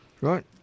Right